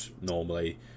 normally